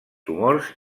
tumors